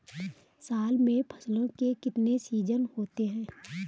साल में फसल के कितने सीजन होते हैं?